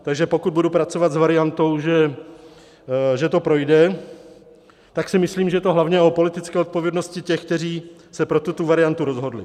Takže pokud budu pracovat s variantou, že to projde, tak si myslím, že to je hlavně o politické odpovědnosti těch, kteří se pro tuto variantu rozhodli.